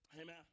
amen